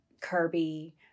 Kirby